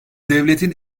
devletin